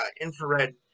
infrared